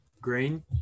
Green